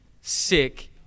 sick